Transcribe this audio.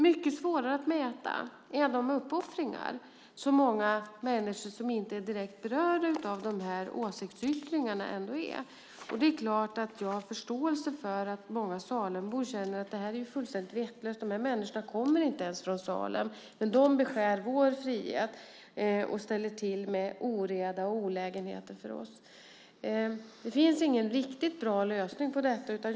Mycket svårare att mäta är de uppoffringar som många människor som inte är direkt berörda av de här åsiktsyttringarna ändå är. Det är klart att jag har förståelse för att många Salembor känner att det här är fullständigt vettlöst. De här människorna kommer inte ens från Salem, men de bestjäl vår frihet och ställer till med oreda och olägenhet för oss. Det finns ingen riktigt bra lösning på detta.